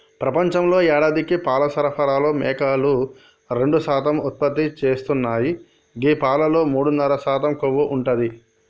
ప్రపంచంలో యేడాదికి పాల సరఫరాలో మేకలు రెండు శాతం ఉత్పత్తి చేస్తున్నాయి గీ పాలలో మూడున్నర శాతం కొవ్వు ఉంటది